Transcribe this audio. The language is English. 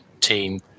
team